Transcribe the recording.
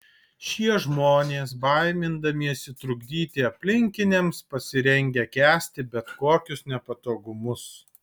šie žmonės baimindamiesi trukdyti aplinkiniams pasirengę kęsti bet kokius nepatogumus